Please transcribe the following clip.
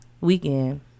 Weekend